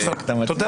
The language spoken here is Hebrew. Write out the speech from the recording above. תודה.